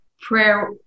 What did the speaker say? prayer